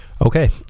Okay